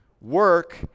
work